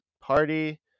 party